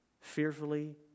Fearfully